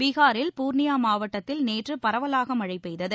பீகாரில் பூர்னியா மாவட்டத்தில் நேற்று பரவலாக மழைபெய்தது